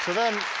then